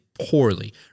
poorly